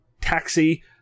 Taxi